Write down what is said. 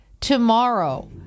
Tomorrow